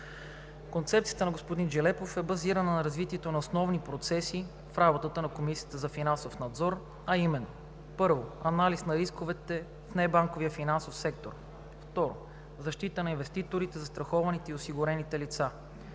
Концепцията на господин Джелепов е базирана на развитието на основни процеси в работата на Комисията за финансов надзор, а именно: 1. Анализ на рисковете в небанковия финансов сектор. 2. Защита на инвеститорите, застрахованите и осигурените лица.